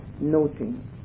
noting